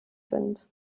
sind